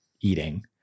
eating